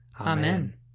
Amen